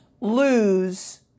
lose